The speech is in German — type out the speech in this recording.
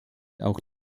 auch